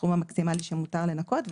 סכום המקסימלי שמותר לנכות,